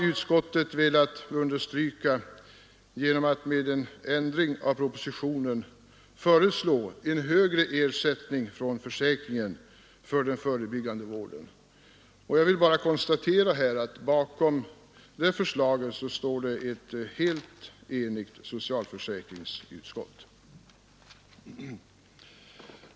Utskottet har velat understryka detta genom att med en ändring av propositionen föreslå en högre ersättning från försäkringen för den förebyggande vården. Jag vill här bara konstatera att bakom det förslaget står ett helt enigt socialförsäkringsutskott.